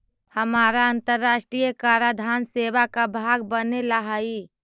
हमारा अन्तराष्ट्रिय कराधान सेवा का भाग बने ला हई